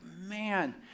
man